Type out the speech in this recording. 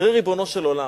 תראה, ריבונו של עולם,